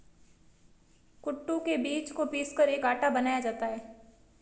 कूटू के बीज को पीसकर एक आटा बनाया जाता है